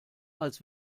als